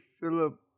Philip